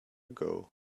ago